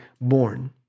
born